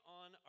on